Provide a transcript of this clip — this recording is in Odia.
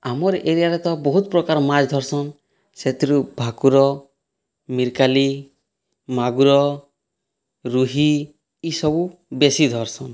ଆମର୍ ଏରିଆରେ ତ ବହୁତ୍ ପ୍ରକାର୍ ମାଛ୍ ଧର୍ସନ୍ ସେଥିରୁ ଭାକୁର ମିର୍କାଲି ମାଗୁର ରୁହି ଇସବୁ ବେଶୀ ଧର୍ସନ୍